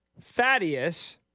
Thaddeus